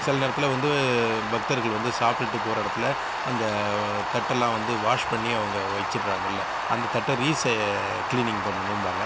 சில நேரத்தில் வந்து பக்தர்கள் வந்து சாப்பிட்டுட்டு போகிற இடத்துல அந்த தட்டெல்லாம் வந்து வாஷ் பண்ணி அவங்க வச்சிட்றாங்க இல்லை அந்த தட்டை ரீ ச கிளீனிங் பண்ணணும்பாங்கள்